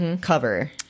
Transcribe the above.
cover